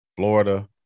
Florida